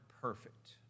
perfect